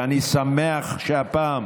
ואני שמח שהפעם